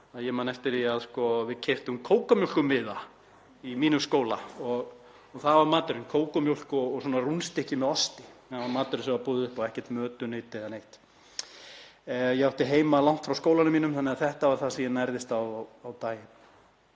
Ég man eftir að við keyptum kókómjólkurmiða í mínum skóla og það var maturinn, kókómjólk og rúnnstykki með osti. Það var maturinn sem var boðið upp á, ekkert mötuneyti eða neitt slíkt. Ég átti heima langt frá skólanum mínum þannig að þetta var það sem ég nærðist á á daginn.